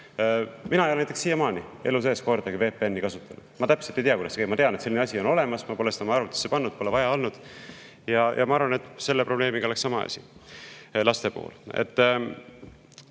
Mina ei ole siiamaani elu sees kordagi VPN‑i kasutanud. Ma täpselt ei tea, kuidas see käib. Ma tean, et selline asi on olemas, aga ma pole seda oma arvutisse pannud, pole vaja olnud. Ma arvan, et selle probleemiga oleks laste